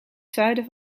zuiden